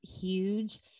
huge